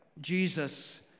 Jesus